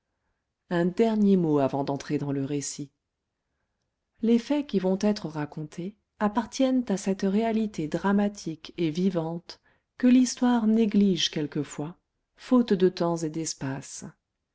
un dernier mot avant d'entrer dans le récit les faits qui vont être racontés appartiennent à cette réalité dramatique et vivante que l'histoire néglige quelquefois faute de temps et d'espace